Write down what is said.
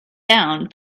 down